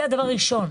זה דבר ראשון.